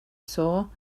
saw